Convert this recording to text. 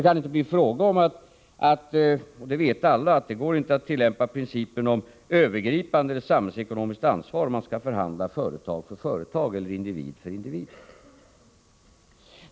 Men alla vet ju att det inte går att tillämpa principen om övergripande samhällsekonomiskt ansvar ifall man skall förhandla företag för företag eller individ för individ.